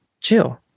chill